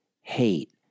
hate